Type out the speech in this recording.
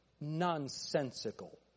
nonsensical